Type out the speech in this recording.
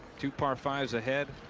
two par fives ahead.